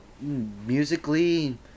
musically